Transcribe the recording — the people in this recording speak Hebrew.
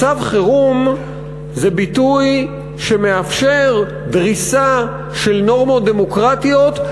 מצב חירום זה ביטוי שמאפשר דריסה של נורמות דמוקרטיות,